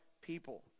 people